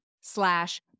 slash